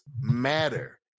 matter